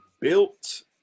built